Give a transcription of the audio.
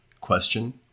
question